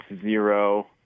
zero